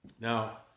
Now